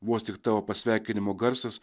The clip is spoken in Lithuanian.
vos tik tavo pasveikinimo garsas